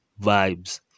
vibes